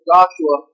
Joshua